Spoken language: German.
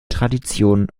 tradition